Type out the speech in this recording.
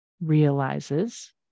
realizes